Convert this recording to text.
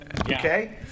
okay